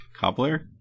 cobbler